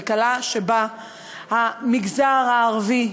כלכלה שבה המגזר הערבי,